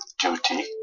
duty